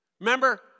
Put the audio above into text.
Remember